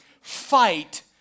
Fight